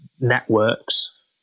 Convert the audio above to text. networks